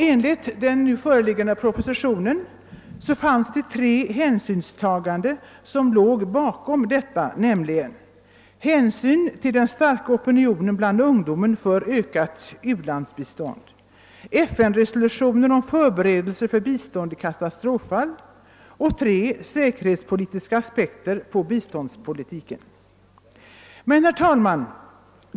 Enligt den nu föreliggande propositionen låg tre hänsynstaganden bakom detta, nämligen hänsyn till den starka opinionen bland ungdomar för ökat u-landsbistånd, säkerhetspolitiska aspekter på biståndspolitiken.